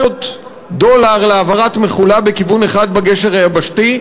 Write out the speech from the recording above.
דולר להעברת מכולה בכיוון אחד בגשר היבשתי,